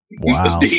Wow